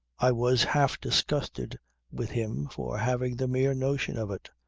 i was half disgusted with him for having the mere notion of it.